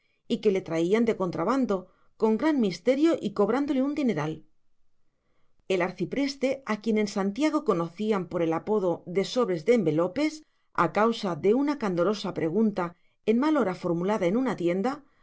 y que le traían de contrabando con gran misterio y cobrándole un dineral el arcipreste a quien en santiago conocían por el apodo de sobres de envelopes a causa de una candorosa pregunta en mal hora formulada en una tienda